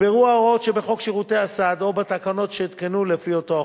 יגברו ההוראות שבחוק שירותי הסעד או בתקנות שיותקנו לפי אותו חוק.